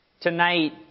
Tonight